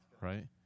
right